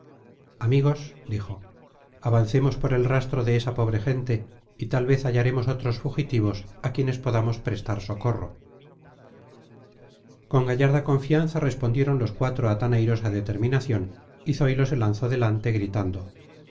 amigos dijo avancemos por el rastro de esa pobre gente y tal vez hallaremos otros fugitivos a quienes podamos prestar socorro con gallarda confianza respondieron los cuatro a tan airosa determinación y zoilo se lanzó delante gritando